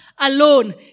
alone